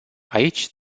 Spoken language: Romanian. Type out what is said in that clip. aici